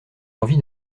envie